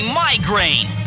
migraine